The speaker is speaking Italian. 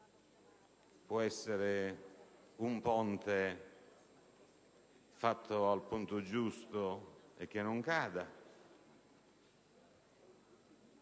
può essere un ponte costruito al punto giusto e che non cade;